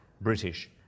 British